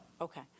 Okay